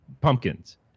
pumpkins